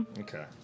Okay